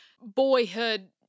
boyhood